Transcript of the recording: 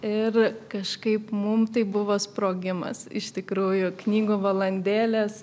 ir kažkaip mum tai buvo sprogimas iš tikrųjų knygų valandėlės